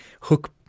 hook